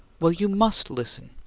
well, you must listen!